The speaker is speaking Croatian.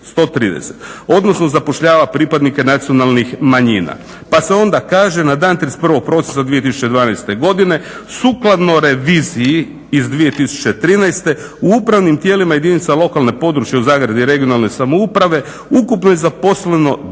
odnosno zapošljava pripadnike nacionalnih manjina pa se onda kaže na dan 31.prosinca 2012.godine sukladno reviziji iz 2013.u upravnim tijelima jedinica lokalne, područne (regionalne) samouprave ukupno je zaposleno 12